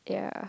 ya